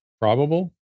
probable